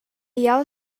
jeu